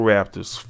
Raptors